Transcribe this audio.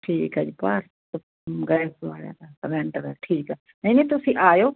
ਠੀਕ ਹੈ ਜੀ ਭਾਰਤ ਗੈਸ ਵਾਲਿਆਂ ਦਾ ਸਲੰਡਰ ਹੈ ਠੀਕ ਹੈ ਨਹੀਂ ਨਹੀਂ ਤੁਸੀਂ ਆਇਓ